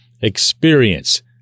experience